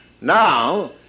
Now